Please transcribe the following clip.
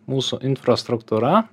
mūsų infrastruktūra